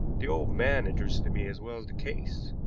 the old man interested me as well as the case.